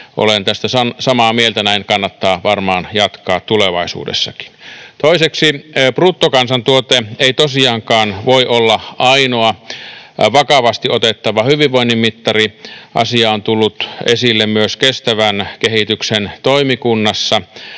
Olen tästä samaa mieltä, näin kannattaa varmaan jatkaa tulevaisuudessakin. Toiseksi, bruttokansantuote ei tosiaankaan voi olla ainoa vakavasti otettava hyvinvoinnin mittari. Asia on tullut esille myös kestävän kehityksen toimikunnassa.